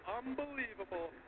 unbelievable